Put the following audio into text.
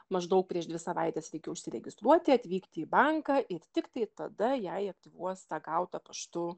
maždaug prieš dvi savaites reikia užsiregistruoti atvykti į banką ir tiktai tada jai aktyvuos tą gautą paštu